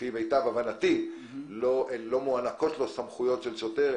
לפי מיטב הבנתי לא מוענקות לו סמכויות של שוטר,